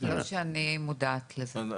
לא שאני מודעת לזה.